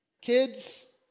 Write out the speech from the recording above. Kids